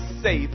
say